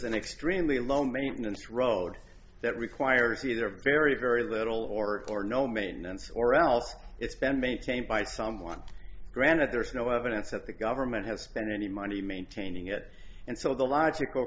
an extremely low maintenance road that requires either very very little or no maintenance or else it's been maintained by someone granted there is no evidence that the government has spent any money maintaining it and so the logical